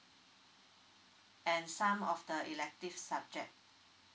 and some of the elective subject